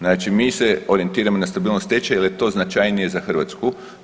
Znači mi se orijentiramo na stabilnost tečaja jer je to značajnije za Hrvatsku.